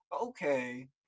okay